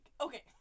okay